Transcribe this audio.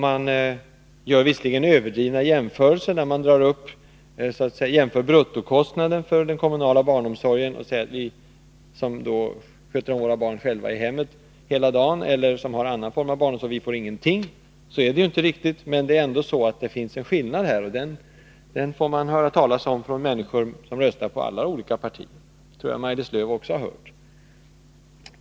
Man gör visserligen överdrivna jämförelser; när man talar om bruttokostnaden för den kommunala barnomsorgen och säger att de som sköter om sina barn själva i hemmen eller som har en annan form av barnomsorg inte får någonting, är det inte riktigt. Men det finns ändå en skillnad, och den får man höra talas om från människor som röstar på olika partier — det tror jag att Maj-Lis Lööw också har hört.